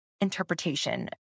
interpretation